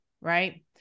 right